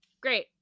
Great